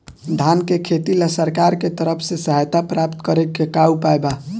धान के खेती ला सरकार के तरफ से सहायता प्राप्त करें के का उपाय बा?